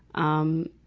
um,